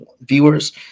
viewers